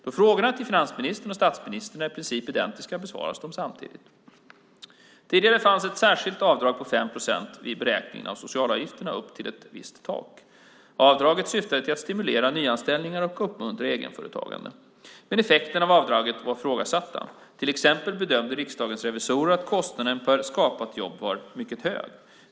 Då frågorna till finansministern och statsministern i princip är identiska besvaras de samtidigt. Tidigare fanns ett särskilt avdrag på 5 procent vid beräkningen av socialavgifterna upp till ett visst tak. Avdraget syftade till att stimulera nyanställningar och uppmuntra egenföretagande. Men effekterna av avdraget var ifrågasatta. Till exempel bedömde riksdagens revisorer att kostnaden per skapat jobb var mycket hög.